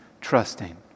trusting